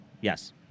Yes